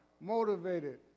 motivated